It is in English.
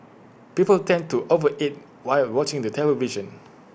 people tend to over eat while watching the television